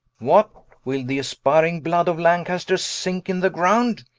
what? will the aspiring blood of lancaster sinke in the ground?